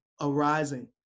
arising